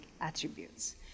attributes